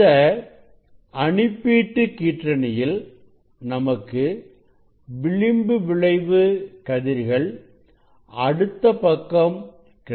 இந்த அனுப்பீட்டு கீற்றணியில் நமக்கு விளிம்பு விளைவு கதிர்கள் அடுத்த பக்கம் கிடைக்கும்